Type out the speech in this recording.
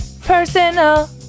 personal